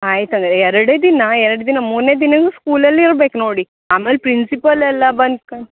ಆಯ್ತದೆ ಎರಡೇ ದಿನ ಎರಡು ದಿನ ಮೂರನೇ ದಿನ ಸ್ಕೂಲಲ್ಲಿ ಇರ್ಬೇಕು ನೋಡಿ ಆಮೇಲೆ ಪ್ರಿನ್ಸಿಪಾಲ್ ಎಲ್ಲ ಬಂದ್ಕೊಂಡ್